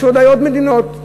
יש ודאי עוד מדינות,